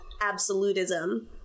absolutism